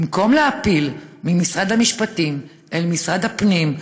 במקום להפיל ממשרד המשפטים על משרד הפנים,